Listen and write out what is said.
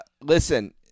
Listen